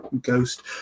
ghost